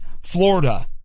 Florida